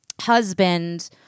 husband